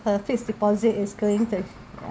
her fixed deposit is going to